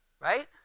Right